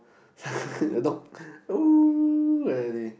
the dog !woo! like that already